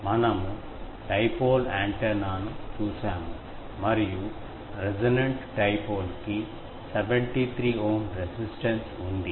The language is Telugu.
మనము డైపోల్ యాంటెన్నాను చూశాము మరియు రెసోనెంట్ డైపోల్ కి 73 ఓం రెసిస్టెన్స్ ఉంది